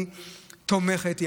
היא תומכת.